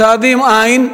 צעדים אין.